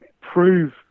prove